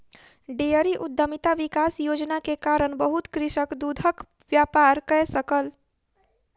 dairy उद्यमिता विकास योजना के कारण बहुत कृषक दूधक व्यापार कय सकल